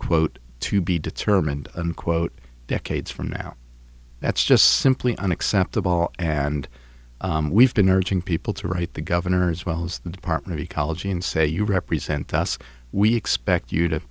quote to be determined unquote decades from now that's just simply unacceptable and we've been urging people to write the governor as well as the department of ecology and say you represent us we expect you to